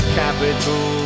capital